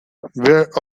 where